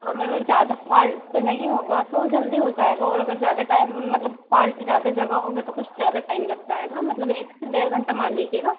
अगर ज़्यादा फाल्ट नहीं होगा तो जल्दी हो जाएगा और अगर ज़्यादा टाइम मतलब फाल्ट ज़्यादा जगह होंगे तो कुछ ज़्यादा टाइम लग जाएगा मतलब एक से डेढ़ घंटा मान लीजिएगा